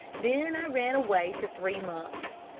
then i ran away for three months.